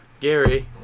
Gary